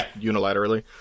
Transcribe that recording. unilaterally